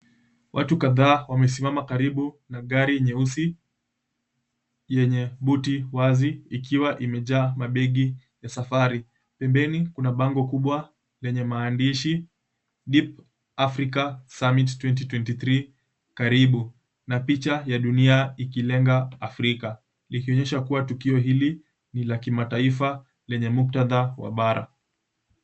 Watu kadhaa wamesimama karibu na gari nyeusi yenye buti wazi, ikiwa imejaa mabegi ya safari. Pembeni kuna bango kubwa yenye maandishi, Deep Africa Summit 2023, karibu, na picha ya dunia ikilenga Afrika, likionyesha kuwa tukio hili ni la kimataifa, likionyesha muktadha wa bara.